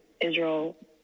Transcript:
Israel